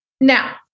Now